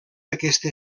aquesta